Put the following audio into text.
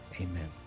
Amen